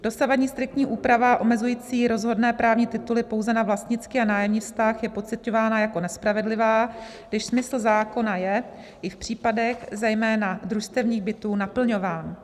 Dosavadní striktní úprava, omezující rozhodné právní tituly pouze na vlastnický a nájemní vztah, je pociťována jako nespravedlivá, když smysl zákona je i v případech zejména družstevních bytů naplňován.